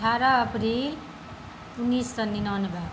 अठारह अप्रील उन्नीस सए निनानबे